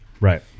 Right